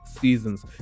seasons